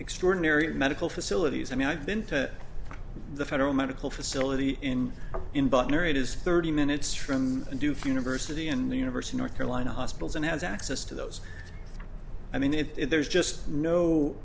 extraordinary medical facilities i mean i've been to the federal medical facility in in butner it is thirty minutes from duke university in the universe in north carolina hospitals and has access to those i mean it's there's just no